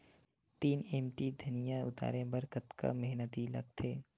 तीन एम.टी धनिया उतारे बर कतका मेहनती लागथे?